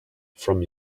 from